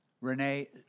Renee